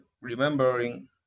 remembering